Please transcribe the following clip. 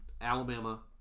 Alabama